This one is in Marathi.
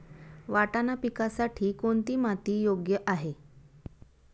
वाटाणा पिकासाठी कोणती माती योग्य आहे?